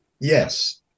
Yes